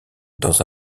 dans